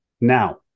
Now